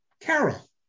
Carol